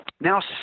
Now